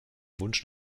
wunsch